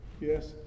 Yes